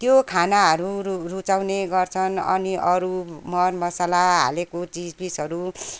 त्यो खानाहरू रु रुचाउने गर्छन् अनि अरू मरमसाला हालेको चिजबिचहरू